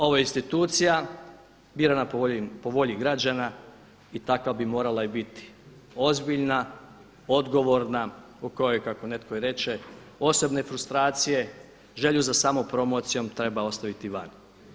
Ovo je institucija birana po volji građana i takva bi morala i biti – ozbiljna, odgovorna u kojoj kako netko i reče osobne frustracije, želju za samo promocijom treba ostaviti vani.